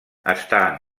està